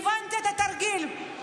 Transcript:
הבנתי את התרגיל,